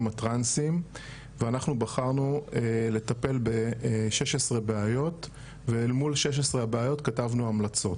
הטרנסים ואנחנו בחרנו לטפל בכ-16 בעיות ואל מול כל 16 הבעיות כתבנו המלצות.